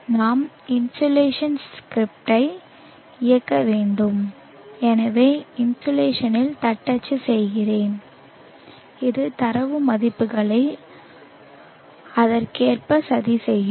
நான் இன்சோலேஷன் ஸ்கிரிப்டை இயக்க வேண்டும் எனவே இன்சோலேஷனில் தட்டச்சு செய்கிறேன் இது தரவு மதிப்புகளை அதற்கேற்ப சதி செய்யும்